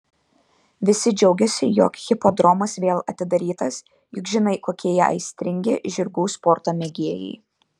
visi džiaugiasi jog hipodromas vėl atidarytas juk žinai kokie jie aistringi žirgų sporto mėgėjai